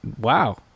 wow